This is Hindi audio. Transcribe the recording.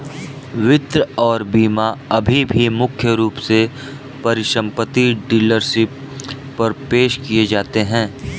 वित्त और बीमा अभी भी मुख्य रूप से परिसंपत्ति डीलरशिप पर पेश किए जाते हैं